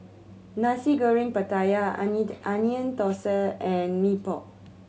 Nasi Goreng Pattaya I need Onion Thosai and Mee Pok